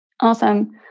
Awesome